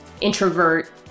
introvert